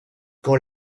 quand